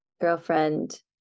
girlfriend